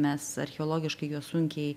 mes archeologiškai juos sunkiai